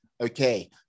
okay